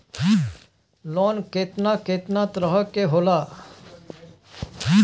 Loan केतना केतना तरह के होला?